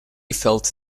felt